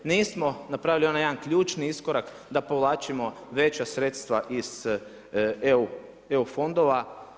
Nismo napravili onaj jedan ključni iskorak da povlačimo veća sredstva iz EU fondova.